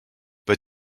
but